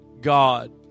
God